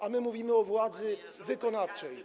A my mówimy o władzy wykonawczej.